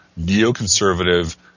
neoconservative